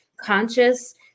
conscious